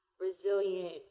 resilient